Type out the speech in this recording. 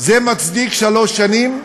זה מצדיק שלוש שנים?